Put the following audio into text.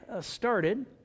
started